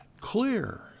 clear